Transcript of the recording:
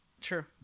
True